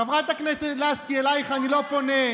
חברת הכנסת לסקי, אלייך אני לא פונה,